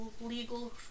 legal